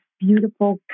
beautiful